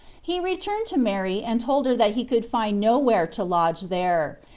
he returned to mary and told her that he could find nowhere to lodge there,